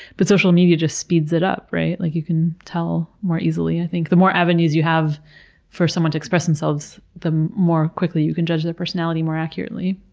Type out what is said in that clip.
but social media just speeds it up, right? like, you can tell more easily, i think. the more avenues you have for someone to express themselves, the more quickly you can judge their personality more accurately.